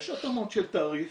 יש התאמות של תעריף.